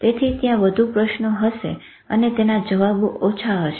તેથી ત્યાં વધુ પ્રશ્નો હશે અને તેના જવાબો ઓછા હશે